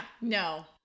no